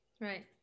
Right